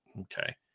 okay